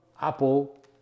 apple